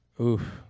Oof